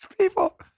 People